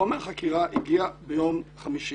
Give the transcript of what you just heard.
חומר החקירה הגיע ביום חמישי.